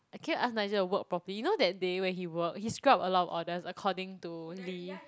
can you ask Nigel to work properly you know that day when he work he screw up a lot of orders according to Lee